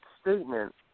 statement